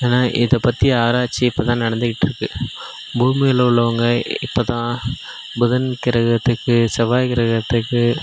ஏன்னா இதை பற்றி ஆராய்ச்சி இப்போ தான் நடந்துக்கிட்டிருக்கு பூமியில் உள்ளவங்க இப்போ தான் புதன் கிரகத்துக்கு செவ்வாய் கிரகத்துக்கு